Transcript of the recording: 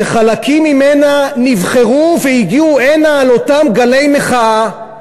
שחלקים ממנה נבחרו והגיעו הנה על אותם גלי מחאה,